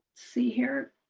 see here.